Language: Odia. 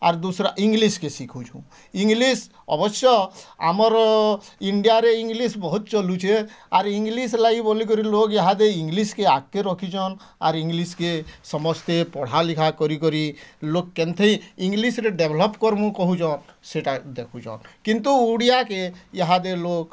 ଆରୁ ଦୁସରା ଇଂଲିଶ୍ କେ ଶିଖୁଛୁଁ ଇଂଲିଶ୍ ଅବଶ୍ୟ ଆମର୍ ଇଣ୍ଡିଆରେ ଇଂଲିଶ୍ ବହୁତ୍ ଚଲୁଛେଁ ଆର୍ ଇଂଲିଶ୍ ଲାଗି ବୋଲିକରି ଲୋଗ୍ ଇହାଦେ ଇଂଲିଶ୍ କେ ଆଗକେ ରଖିଛନ୍ ଆର୍ ଇଂଲିଶ୍ କେ ସମସ୍ତେ ପଢ଼ା ଲିଖା କରି କରି ଲୋକ୍ କେନ୍ ଥେ ଇଂଲିଶ୍ରେ ଡେଭଲପ୍ କରମୁଁ କହୁଛନ୍ ସେଇଟା ଦେଖୁଛନ୍ କିନ୍ତୁ ଓଡ଼ିଆକେ ଇହାଦେ ଲୋକ୍